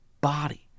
body